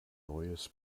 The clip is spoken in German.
neues